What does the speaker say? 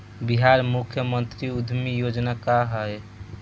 बिहार मुख्यमंत्री उद्यमी योजना का है?